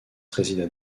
résida